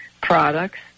products